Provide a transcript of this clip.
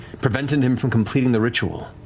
prevented him from completing the ritual,